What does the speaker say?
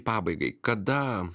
pabaigai kada